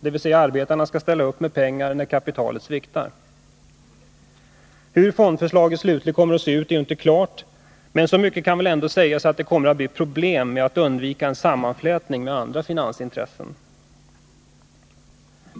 Det vill säga att arbetarna skall ställa upp med pengar när kapitalet sviktar. Hur fondförslaget slutligen kommer att se ut är inte klart, men så mycket kan väl ändå sägas att det kommer att bli problem med att undvika en sammanflätning med andra finansintressen.